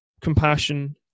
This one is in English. compassion